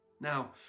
Now